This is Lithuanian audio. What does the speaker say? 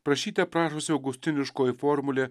prašyte prašosi augustiniškoji formulė